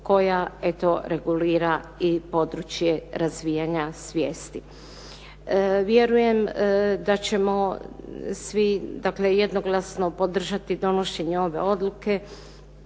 koja eto regulira i područje razvijanja svijesti. Vjerujem da ćemo svi, dakle jednoglasno podržati donošenje ove odluke,